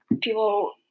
People